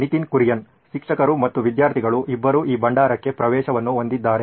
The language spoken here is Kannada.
ನಿತಿನ್ ಕುರಿಯನ್ ಶಿಕ್ಷಕರು ಮತ್ತು ವಿದ್ಯಾರ್ಥಿಗಳು ಇಬ್ಬರೂ ಈ ಭಂಡಾರಕ್ಕೆ ಪ್ರವೇಶವನ್ನು ಹೊಂದಿದ್ದಾರೆ